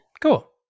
Cool